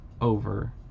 over